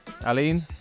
Aline